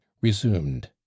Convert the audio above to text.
resumed